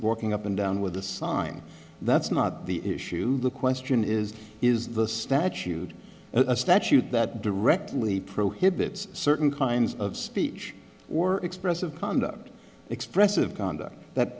walking up and down with the sign that's not the issue the question is is the statute a statute that directly prohibits certain kinds of speech or expressive conduct expressive conduct that